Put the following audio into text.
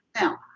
Now